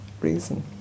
reason